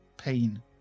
Pain